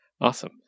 awesome